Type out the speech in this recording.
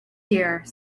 here